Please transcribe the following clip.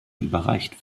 überreicht